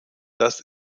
das